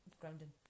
grounding